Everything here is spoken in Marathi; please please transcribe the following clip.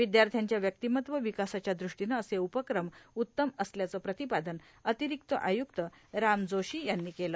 विद्याथ्याच्या व्यक्तिमत्व र्यावकासाच्या दृष्टीनं असे उपक्रम उत्तम असल्याचं प्र्रातपादन र्रातारक्त आयुक्त राम जोशी यांनी केलं